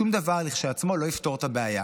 שום דבר כשלעצמו לא יפתור את הבעיה.